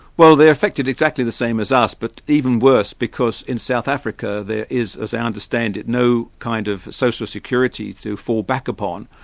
well they're affected exactly the same as us, but even worse, because in south africa, there is, as i understand it, no kind of social security to fall back upon,